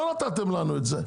לא נתתם לנו את זה.